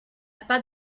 pas